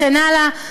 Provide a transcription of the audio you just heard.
וכן הלאה.